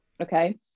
okay